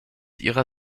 ihrer